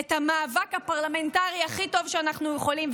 את המאבק הפרלמנטרי הכי טוב שאנחנו יכולים,